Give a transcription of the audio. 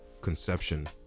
conception